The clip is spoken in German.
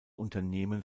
unternehmen